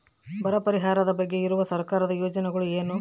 ಬರ ಪರಿಹಾರದ ಬಗ್ಗೆ ಇರುವ ಸರ್ಕಾರದ ಯೋಜನೆಗಳು ಏನು?